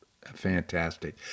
Fantastic